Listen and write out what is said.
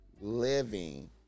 Living